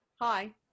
hi